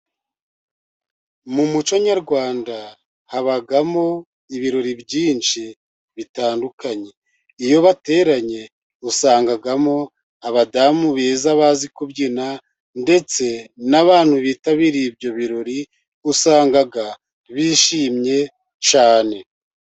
Mu muco nyarwanda, habamo ibirori byinshi bitandukanye, iyo bateranye, usangamo abadamu beza, bazi kubyina, ndetse n'abantu bitabiriye ibyo birori, usanga bishimye cyane.